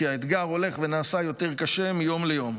כי האתגר הולך ונעשה יותר קשה מיום ליום.